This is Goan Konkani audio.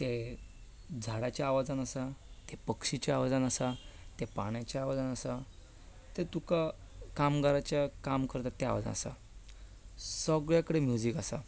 तें झाडाच्या आवाजांत आसा तें पक्षीच्या आवाजांत आसा तें पानाच्या आवाजांत आसा तें तुका कामगाराच्या काम करतात त्या आवाजांत आसा सगळ्या कडेन म्युजीक आसा